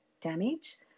damage